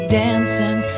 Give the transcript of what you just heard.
dancing